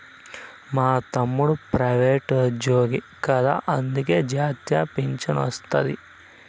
మా తమ్ముడు ప్రైవేటుజ్జోగి కదా అందులకే జాతీయ పింఛనొస్తాది